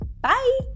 Bye